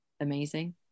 amazing